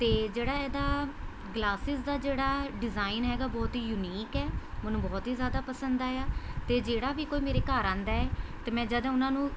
ਅਤੇ ਜਿਹੜਾ ਇਹਦਾ ਗਲਾਸਿਜ਼ ਦਾ ਜਿਹੜਾ ਡਿਜ਼ਾਈਨ ਹੈਗਾ ਬਹੁਤ ਹੀ ਯੂਨੀਕ ਹੈ ਮੈਨੂੰ ਬਹੁਤ ਹੀ ਜ਼ਿਆਦਾ ਪਸੰਦ ਆਇਆ ਅਤੇ ਜਿਹੜਾ ਵੀ ਕੋਈ ਮੇਰੇ ਘਰ ਆਉਂਦਾ ਹੈ ਅਤੇ ਮੈਂ ਜਦ ਉਹਨਾਂ ਨੂੰ